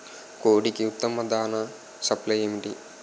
కోడికి ఉత్తమ దాణ సప్లై ఏమిటి?